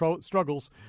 Struggles